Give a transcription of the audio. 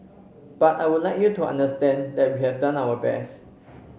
but I would like you to understand that we have done our best